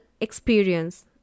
experience